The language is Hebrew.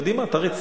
קדימה, תריץ.